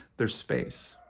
there's space.